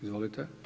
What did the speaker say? Izvolite.